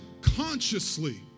consciously